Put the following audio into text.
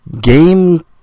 game